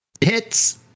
Hits